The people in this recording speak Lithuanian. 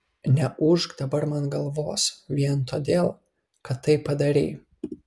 neūžk dabar man galvos vien todėl kad tai padarei